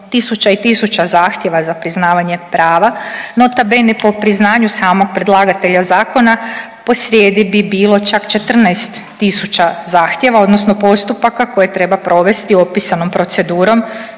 tisuća i tisuća zahtjeva za priznavanjem prava nota bene po priznanju samog predlagatelja zakona po srijedi bi bilo čak 14 tisuća zahtjeva odnosno postupaka koje treba provesti opisanom procedurom,